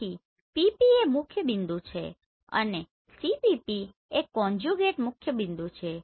તેથી PP એ મુખ્યબિંદુ છે અને CPP એ કોન્જ્યુગેટ મુખ્યબિંદુ છે